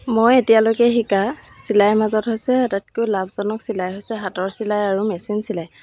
মই এতিয়ালৈকে শিকা চিলাই মাজত হৈছে আটাইতকৈ লাভজনক চিলাই হৈছে হাতৰ চিলাই আৰু মেচিন চিলাই